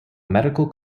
medical